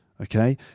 Okay